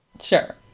Sure